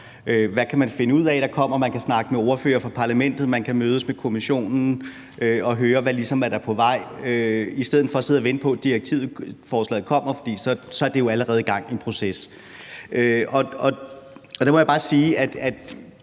hvad man kan finde ud af der kommer, og man kan snakke med ordførere for Parlamentet, og man kan mødes med Kommissionen og høre, hvad der ligesom er på vej, i stedet for at sidde og vente på, at direktivforslaget kommer, for så er der jo allerede gang i en proces. Der må jeg bare sige, at